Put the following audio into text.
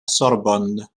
sorbonne